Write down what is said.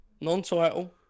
non-title